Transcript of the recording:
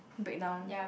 break down